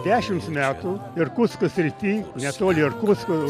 dešimts metų irkutsko srity netoli irkutsko